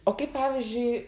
o kaip pavyzdžiui